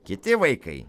kiti vaikai